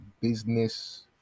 business